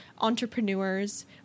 entrepreneurs